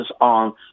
on